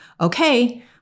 okay